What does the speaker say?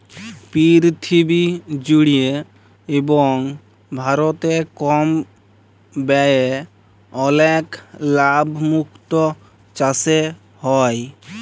পীরথিবী জুড়ে এবং ভারতে কম ব্যয়ে অলেক লাভ মুক্ত চাসে হ্যয়ে